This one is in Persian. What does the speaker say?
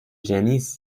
جنیس